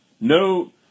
no